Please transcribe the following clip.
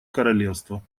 королевства